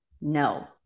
no